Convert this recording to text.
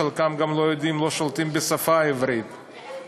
חלקם גם לא שולטים בשפה העברית,